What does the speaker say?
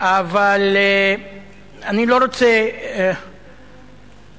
אבל אני לא רוצה אבל,